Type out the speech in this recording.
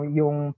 yung